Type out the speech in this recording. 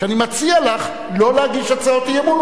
שאני מציע לך לא להגיש הצעות אי-אמון,